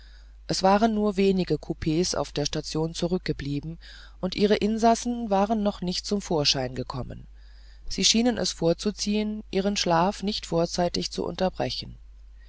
es waren nur wenige coups auf der station zurückgeblieben und ihre insassen waren noch nicht zum vorschein gekommen sie schienen es vorzuziehen ihren schlaf nicht vorzeitig zu unterbrechen